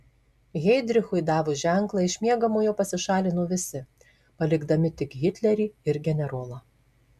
heidrichui davus ženklą iš miegamojo pasišalino visi palikdami tik hitlerį ir generolą